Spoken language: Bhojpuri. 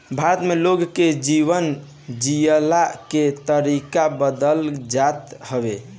भारत में लोग के जीवन जियला के तरीका बदलत जात हवे